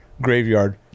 Graveyard